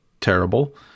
Terrible